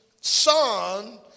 son